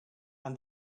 and